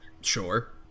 Sure